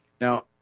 Now